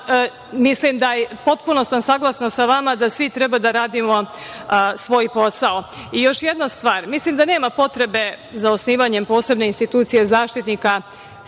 mislim sam potpuno saglasna sa vama da svi treba da radimo svoj posao. Još jedna stvar, mislim da nema potrebe za osnivanjem posebne institucije zaštitnika